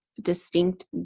distinct